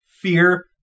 fear